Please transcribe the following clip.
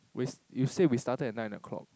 you say we started at nine o'clock